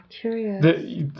curious